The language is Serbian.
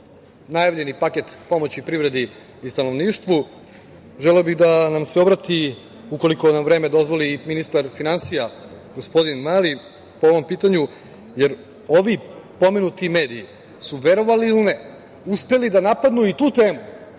najavljeni paket pomoći privredi i stanovništvu, želeo bih da nam se obrati, ukoliko nam vreme dozvoli, i ministar finansija gospodin Mali po ovom pitanju, jer ovi pomenuti mediji su, verovali ili ne, uspeli da napadnu i tu temu,